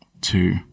Two